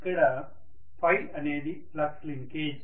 ఇక్కడ Ø అనేది flux linkage